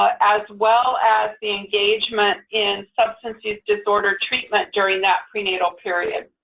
ah as well as the engagement in substance use disorder treatment during that prenatal period.